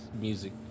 music